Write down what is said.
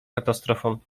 katastrofą